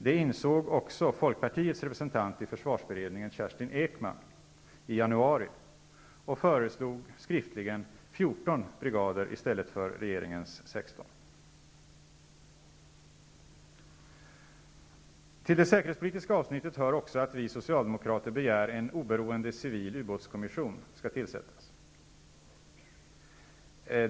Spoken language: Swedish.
Det insåg också Folkpartiets representant i försvarsberedningen, Kerstin Till det säkerhetspolitiska avsnittet hör också att vi socialdemokrater begär att en oberoende civil ubåtskommission skall tillsättas.